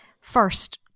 First